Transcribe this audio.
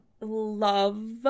love